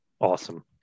Awesome